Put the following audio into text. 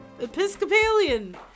episcopalian